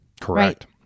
Correct